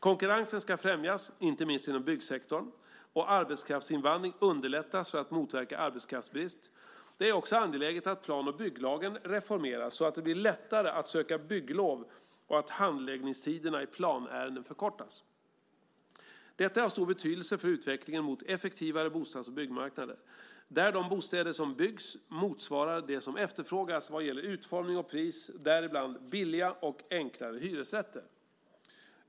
Konkurrens ska främjas, inte minst inom byggsektorn, och arbetskraftsinvandring underlättas för att motverka arbetskraftsbrist. Det är också angeläget att plan och bygglagen reformeras så att det blir lättare att söka bygglov och att handläggningstiderna i planärenden förkortas. Detta är av stor betydelse för utvecklingen mot effektivare bostads och byggmarknader, där de bostäder som byggs motsvarar det som efterfrågas vad gäller utformning och pris, däribland billiga och enklare hyresrätter.